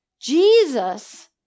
Jesus